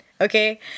Okay